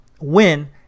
win